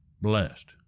Blessed